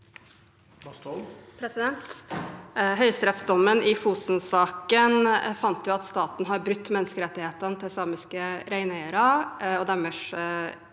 Høyesteretts- dommen i Fosen-saken fant at staten har brutt menneskerettighetene til samiske reineiere, deres